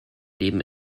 leben